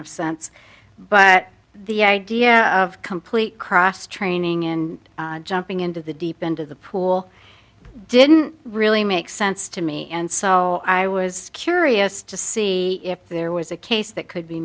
of sense but the idea of complete cross training and jumping into the deep end of the pool didn't really make sense to me and so i was curious to see if there was a case that could be